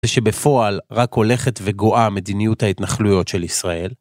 שבפועל רק הולכת וגואה מדיניות ההתנחלויות של ישראל.